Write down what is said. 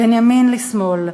בין ימין לשמאל,